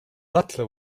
butler